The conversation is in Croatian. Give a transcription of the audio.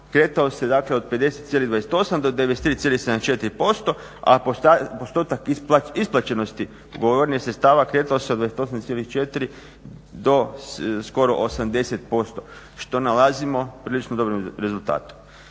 kretao se dakle od 50,28-93,74% a postotak isplaćenosti ugovorenih sredstava kretao se od 28,4-skoro 80% što nalazimo prilično dobrim rezultatom.